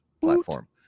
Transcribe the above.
platform